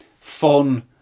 fun